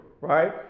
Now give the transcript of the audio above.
Right